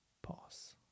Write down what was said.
pause